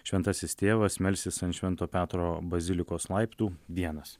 šventasis tėvas melsis ant švento petro bazilikos laiptų vienas